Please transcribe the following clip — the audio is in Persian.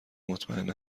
مطمئن